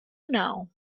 now